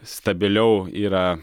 stabiliau yra